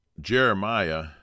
Jeremiah